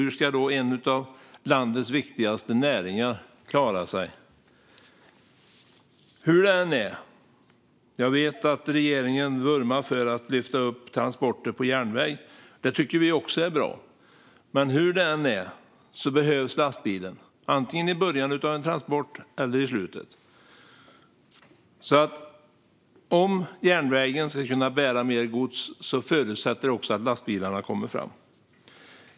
Hur ska då en av landets viktigaste näringar klara sig? Jag vet att regeringen vurmar för att lyfta upp transporter på järnväg, och det tycker även vi är bra. Men hur det än är behövs lastbilen, antingen i början av en transport eller i slutet. Ska järnvägen kunna bära mer gods förutsätter det också att lastbilarna kommer fram.